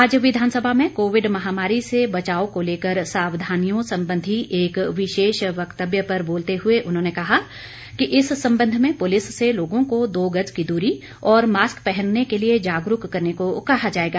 आज विधानसभा में कोविड महामारी से बचाव को लेकर सावधानियों संबंधी एक विशेष वक्तव्य पर बोलते हुए उन्होंने कहा कि इस संबंध में पुलिस से लोगों को दो गज की दूरी और मास्क पहनने के लिए जागरूक करने को कहा जाएगा